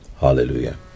hallelujah